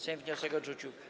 Sejm wniosek odrzucił.